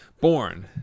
Born